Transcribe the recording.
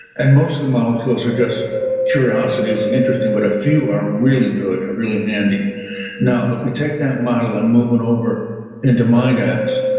and most of the molecules are just curiosities and interesting, but a few are really good, are really handy now, if we take that model and move it and over into mind apps,